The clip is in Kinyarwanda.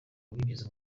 wabigize